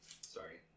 Sorry